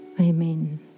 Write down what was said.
Amen